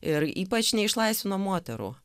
ir ypač neišlaisvino moterų